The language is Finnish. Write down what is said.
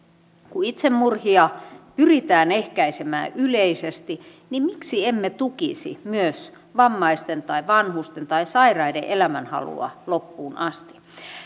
kun itsemurhia pyritään ehkäisemään yleisesti niin miksi emme tukisi myös vammaisten tai vanhusten tai sairaiden elämänhalua loppuun asti